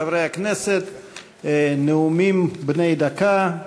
חברי הכנסת, נאומים בני דקה.